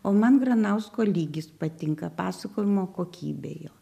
o man granausko lygis patinka pasakojimo kokybė jo